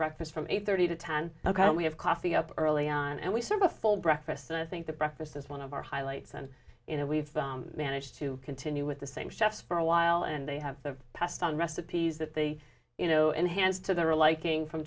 breakfast from eight thirty to ten ok we have coffee up early on and we serve a full breakfast and i think that breakfast is one of our highlights and you know we've managed to continue with the same chefs for a while and they have passed on recipes that the you know enhance to the real liking from